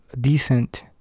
decent